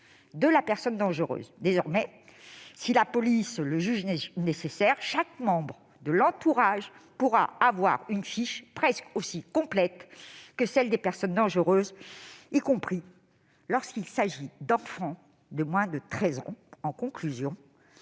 de ladite personne. Désormais, si la police le juge nécessaire, chaque membre de l'entourage pourra avoir une fiche presque aussi complète que celle des personnes dangereuses, y compris lorsqu'il s'agit d'enfants de moins de 13 ans. En 1983,